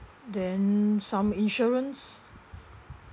then some insurance